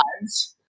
lives